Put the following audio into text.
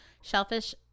shellfish